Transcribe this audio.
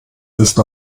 ist